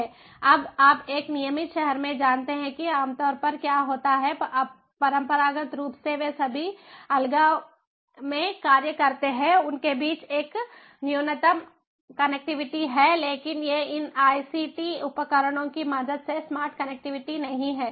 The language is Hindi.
अब आप एक नियमित शहर में जानते हैं कि आमतौर पर क्या होता है परंपरागत रूप से वे सभी अलगाव में कार्य करते हैं उनके बीच कुछ न्यूनतम कनेक्टिविटी है लेकिन ये इन आईसीटी उपकरणों की मदद से स्मार्ट कनेक्टिविटी नहीं हैं